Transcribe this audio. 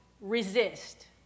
resist